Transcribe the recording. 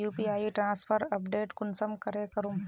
UPI transfer update कुंसम करे दखुम?